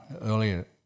earlier